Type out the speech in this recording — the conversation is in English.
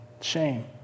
shame